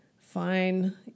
fine